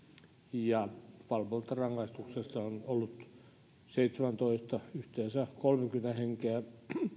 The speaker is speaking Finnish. ja valvontarangaistuksessa on ollut vuonna seitsemäntoista yhteensä kolmekymmentä henkeä